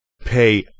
pay